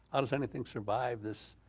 how does anything survive this,